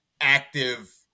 active